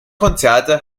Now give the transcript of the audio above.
konzerte